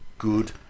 good